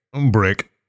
Brick